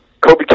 Kobe